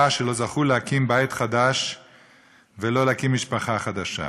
שלא זכו להקים בית חדש ומשפחה חדשה.